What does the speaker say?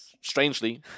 strangely